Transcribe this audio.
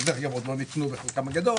שאגב עוד לא ניתנו בחלקם הגדול,